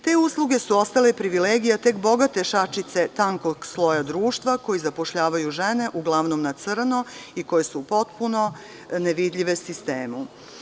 Te usluge su ostale privilegija bogate šačice tankog sloja društva koji zapošljavaju žene uglavnom na crno i koje su potpuno nevidljive sistemu.